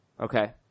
Okay